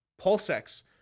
PulseX